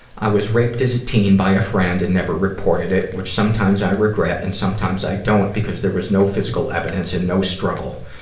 i was raped as a teen by a friend and never reported it, which sometimes i regret and sometimes i don't because there was no physical evidence and no struggle.